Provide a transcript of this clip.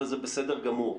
וזה בסדר גמור.